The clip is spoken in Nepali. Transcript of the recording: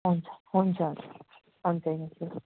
हुन्छ हुन्छ जय मसिह